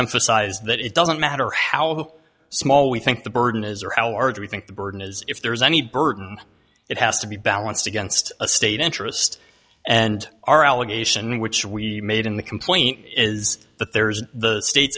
emphasize that it doesn't matter how small we think the burden is or our do we think the burden is if there is any burden it has to be balanced against a state interest and our allegation which we made in the complaint is that there is the state